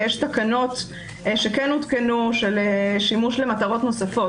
יש תקנות, שכן הותקנו, של שימוש למטרות נוספות.